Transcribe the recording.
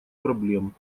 проблем